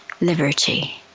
liberty